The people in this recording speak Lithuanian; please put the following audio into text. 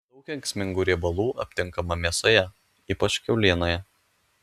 daug kenksmingų riebalų aptinkama mėsoje ypač kiaulienoje